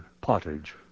pottage